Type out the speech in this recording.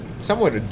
somewhat